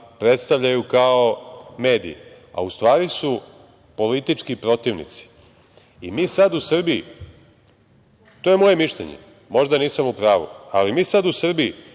predstavljaju kao mediji, a u stvari su politički protivnici. Mi sad u Srbiji, to je moje mišljenje, možda nisam u pravu, ali mi sad u Srbiji